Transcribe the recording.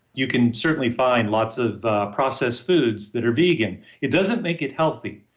you can certainly find lots of processed foods that are vegan. it doesn't make it healthy.